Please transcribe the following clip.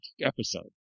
episode